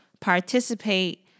participate